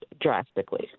drastically